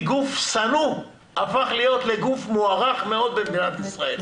מגוף שנוא הפך לגוף מוערך מאוד במדינת ישראל,